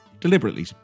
deliberately